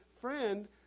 friend